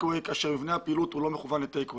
אווי כאשר מבנה הפעילות לא מכוון ל-טק אווי.